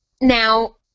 Now